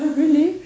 really